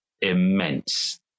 immense